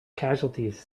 casualties